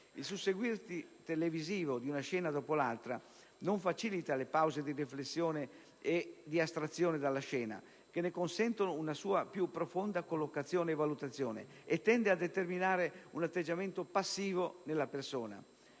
Il susseguirsi televisivo di una scena dopo l'altra non facilita le pause di riflessione e di astrazione dalla scena, che ne consentono una sua più profonda collocazione e valutazione, e tende a determinare un atteggiamento passivo nella persona.